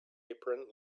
apron